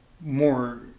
more